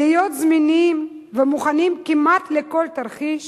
להיות זמינים ומוכנים כמעט לכל תרחיש,